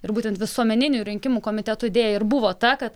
ir būtent visuomeninių rinkimų komitetų idėja ir buvo ta kad